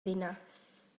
ddinas